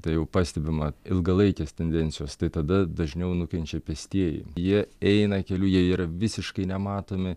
tai jau pastebima ilgalaikės tendencijos tai tada dažniau nukenčia pėstieji jie eina keliu jie yra visiškai nematomi